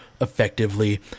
effectively